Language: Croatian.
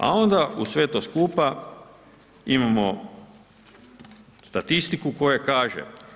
A onda uz sve to skupa imamo statistiku koja kaže.